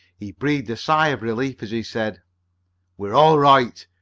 he breathed a sigh of relief as he said we're all right.